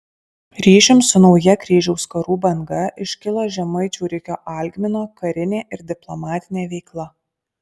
ryšium su nauja kryžiaus karų banga iškilo žemaičių rikio algmino karinė ir diplomatinė veikla